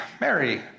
Mary